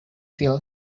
feel